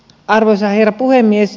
arvoisa herra puhemies